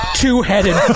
two-headed